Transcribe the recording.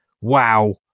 wow